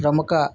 ప్రముఖ